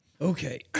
Okay